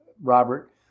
Robert